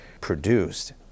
produced